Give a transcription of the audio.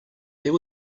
there